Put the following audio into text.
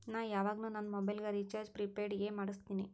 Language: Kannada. ನಾ ಯವಾಗ್ನು ನಂದ್ ಮೊಬೈಲಗ್ ರೀಚಾರ್ಜ್ ಪ್ರಿಪೇಯ್ಡ್ ಎ ಮಾಡುಸ್ತಿನಿ